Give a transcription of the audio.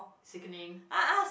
sickening